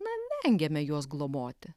na nerengiame juos globoti